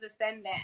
ascendant